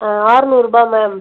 ஆ ஆறநூறுபா மேம்